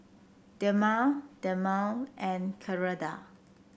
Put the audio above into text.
Dermale Dermale and Keradan